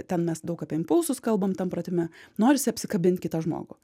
ten mes daug apie impulsus kalbam tam pratime norisi apsikabint kitą žmogų